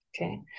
Okay